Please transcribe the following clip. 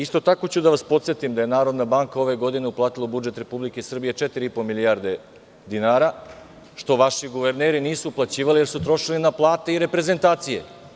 Isto tako ću da vas podsetim da je Narodna banka ove godine uplatila u budžet Republike Srbije 4,5 milijardi dinara, što vaši guverneri nisu uplaćivali jer su trošili na plate i reprezenatcije.